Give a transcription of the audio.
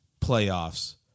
playoffs